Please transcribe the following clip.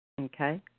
Okay